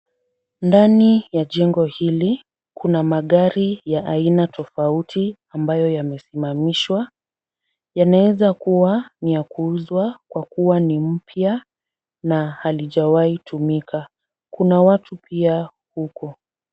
Ndani ya jengo hili, kuna magari ya aina tofauti ambayo yamesimamishwa. Yanayoweza kuwa ni ya kuuzwa kwa kuwa ni mpya na halijawahi tumika. Kuna watu pia huko.